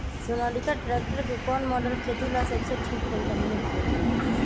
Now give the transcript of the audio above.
Sonalika tractor के कौन model खेती ला सबसे ठीक होई हमने की?